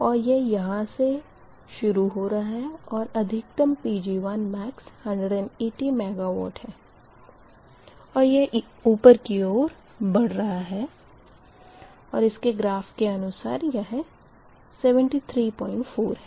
तो यह यहाँ से शुरू हो रहा है और अधिकतम Pg1max 180 MW है और यह ऊपर की ओर बढ़ेगा और इसके ग्राफ़ के अनुसार यह 734 है